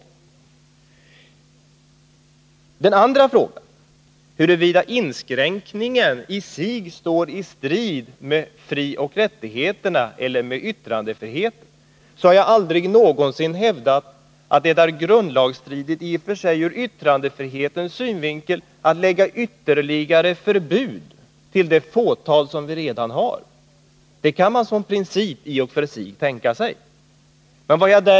I den andra frågan, om inskränkningar i yttrandefriheten över huvud taget är möjliga att genomföra, har jag aldrig hävdat att sådana i och för sig alltid är grundlagsstridiga, att man inte skulle kunna lägga ytterligare förbud till det fåtal vi redan har. Det kan man som princip i och för sig göra, men bara under förutsättning att man har riktiga skäl.